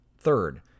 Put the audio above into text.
Third